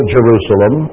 Jerusalem